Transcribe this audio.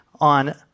on